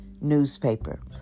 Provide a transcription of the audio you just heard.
newspaper